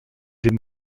den